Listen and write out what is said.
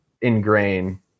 ingrain